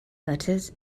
letters